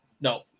no